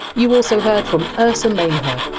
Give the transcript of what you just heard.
you also heard from ursa maimher,